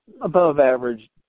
above-average